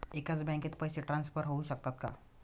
एकाच बँकेत पैसे ट्रान्सफर होऊ शकतात का?